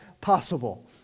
possible